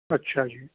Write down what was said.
ਅੱਛਾ ਜੀ